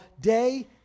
day